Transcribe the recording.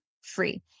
free